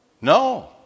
No